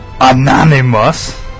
Anonymous